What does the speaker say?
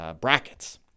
brackets